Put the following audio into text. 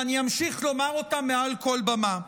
ואני אמשיך לומר אותם מעל כל במה.